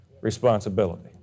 responsibility